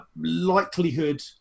likelihood